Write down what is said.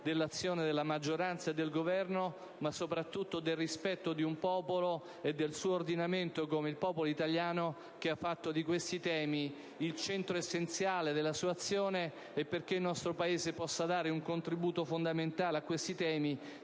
dell'azione della maggioranza e del Governo, ma specialmente del rispetto di un popolo e del suo ordinamento, come il popolo italiano, che ha fatto di questi temi il centro essenziale della sua azione, e perché il nostro Paese possa dare un contributo fondamentale a questi temi,